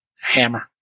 Hammer